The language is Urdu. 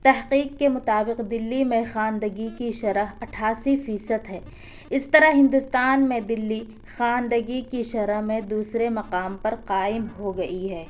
تحقیق کے مطابق دلّی میں خواندگی کی شرح اٹھاسی فیصد ہے اس طرح ہندوستان میں دلّی خواندگی کی شرح میں دوسرے مقام پر قائم ہوگئی ہے